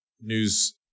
news